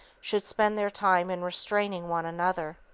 should spend their time in restraining one another.